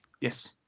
Yes